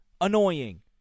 Annoying